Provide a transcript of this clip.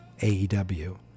AEW